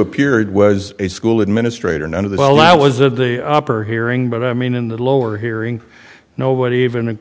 appeared was a school administrator none of the well i was of the upper hearing but i mean in the lower hearing nobody even